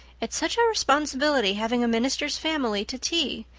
it's such a responsibility having a minister's family to tea.